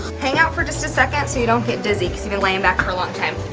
hang out for just a second so you don't get dizzy because you've been laying back for a long time.